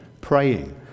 praying